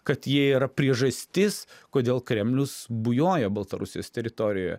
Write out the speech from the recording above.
kad jie yra priežastis kodėl kremlius bujoja baltarusijos teritorijoje